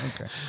Okay